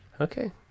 Okay